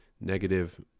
negative